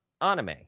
anime